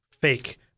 fake